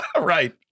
Right